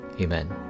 Amen